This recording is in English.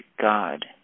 God